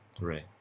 right